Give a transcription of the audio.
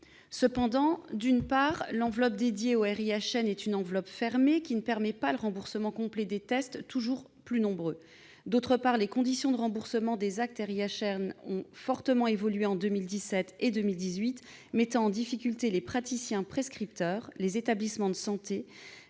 Cependant, non seulement l'enveloppe dédiée au RIHN est une enveloppe fermée, qui ne permet pas le remboursement complet de tests toujours plus nombreux, mais aussi les conditions de remboursement des actes RIHN ont fortement évolué en 2017 et 2018, mettant en difficulté les praticiens prescripteurs, les établissements de santé,